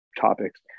topics